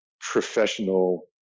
professional